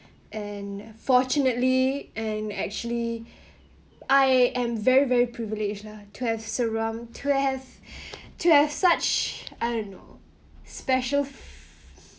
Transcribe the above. and fortunately and actually I am very very privileged lah to have surround to has to has such I don't know special